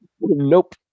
Nope